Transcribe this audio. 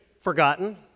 forgotten